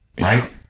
Right